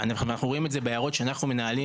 ואנחנו רואים את זה ביערות שאנחנו מנהלים